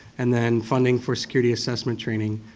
and then funding for security assessment training.